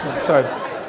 Sorry